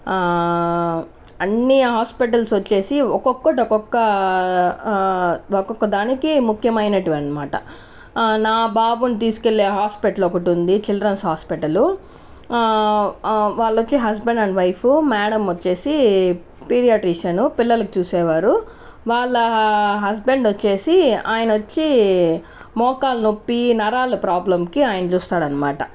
అన్ని హాస్పిటల్స్ వచ్చేసి ఒక్కొక్కటి ఒక్కొక్క ఒక్కొక్క దానికి ముఖ్యమైనవి అనమాట నా బాబుని తీసుకెళ్లే హాస్పిటల్ ఒకటి ఉంది చిల్డ్రన్స్ హాస్పిటలు వాళ్లు వచ్చి హస్బెండ్ అండ్ వైఫ్ మ్యాడం వచ్చేసి పీడియాట్రిషన్ పిల్లలకి చూసేవారు వాళ్ళ హస్బెండ్ వచ్చేసి ఆయన వచ్చి మోకాలు నొప్పి నరాలు ప్రాబ్లంకి ఆయన చూస్తాడన్నమాట